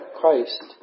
Christ